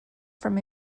from